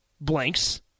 blanks